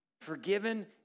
Forgiven